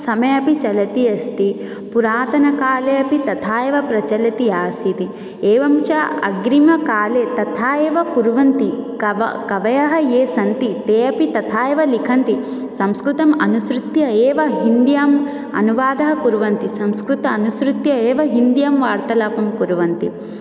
समये अपि चलति अस्ति पुरातनकाले अपि तथा एव प्रचलति आसीत् एवं च अग्रिमकाले तथा एव कुर्वन्ति कव कवयः ये सन्ति ते अपि तथा एव लिखन्ति संस्कृतम् अनुसृत्य एव हिन्द्याम् अनुवादः कुर्वन्ति संस्कृतमनुसृत्य एव हिन्द्याम् वार्तालापं कुर्वन्ति